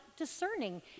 discerning